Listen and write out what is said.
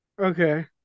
okay